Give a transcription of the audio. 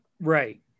Right